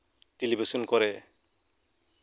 television ᱠᱚᱨᱮ